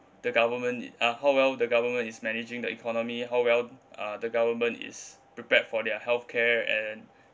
the government it uh how well the government is managing the economy how well uh the government is prepared for their health care and